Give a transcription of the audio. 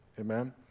Amen